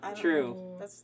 true